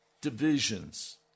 divisions